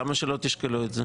למה שלא תשקלו אותה?